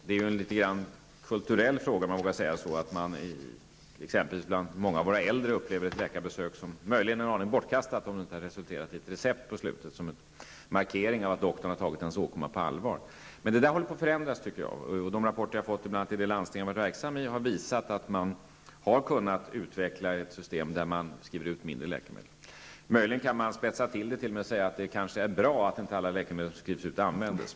Det är litet grand en kulturell fråga, om jag vågar säga så, att många äldre människor upplever ett läkarbesök som en aning bortkastat om det inte resulterar i ett recept som en markering av att doktorn har tagit deras åkomma på allvar. Jag tycker emellertid att detta håller på att förändras. Och de rapporter som jag har fått bl.a. från det landsting där jag har varit verksam har visat att man har kunnat utveckla ett system som innebär att man skriver ut färre läkemedel. Möjligen kan man spetsa till detta och säga att det kanske är bra att alla läkemedel som skrivs ut inte används.